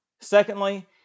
Secondly